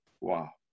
Wow